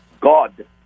God